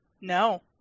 no